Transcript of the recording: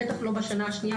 בטח לא בשנה השנייה.